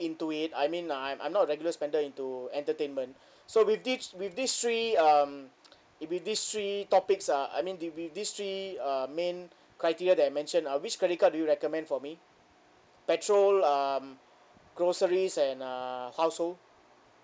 into it I mean I'm I'm not regular spender into entertainment so with these with these three um it'll be these three topics uh I mean it'll be these three uh main criteria that I mention uh which credit card do you recommend for me petrol um groceries and uh household